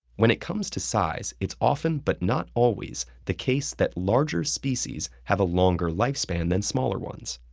when it comes to size, it's often, but not always, the case that larger species have a longer lifespan than smaller ones.